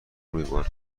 میبرد